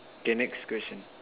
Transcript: okay next question